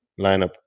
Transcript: lineup